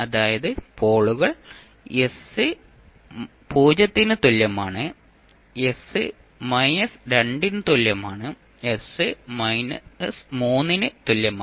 അതായത് പോളുകൾ s 0 ന് തുല്യമാണ് s മൈനസ് 2 ന് തുല്യമാണ് s മൈനസ് 3 ന് തുല്യമാണ്